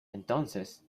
entonces